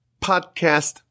podcast